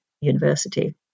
university